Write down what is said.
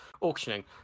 Auctioning